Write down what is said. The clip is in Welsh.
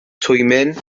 twymyn